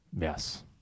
Yes